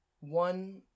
One